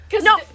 No